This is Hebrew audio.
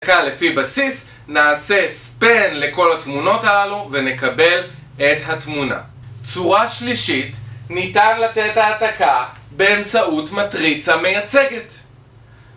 לפי בסיס, נעשה ספן לכל התמונות הללו, ונקבל את התמונה. צורה שלישית, ניתן לתת העתקה באמצעות מטריצה מייצגת.